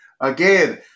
again